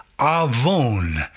avon